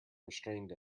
restrained